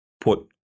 put